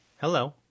Hello